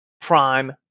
prime